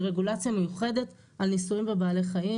רגולציה מיוחדת על ניסויים בבעלי חיים.